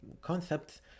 concepts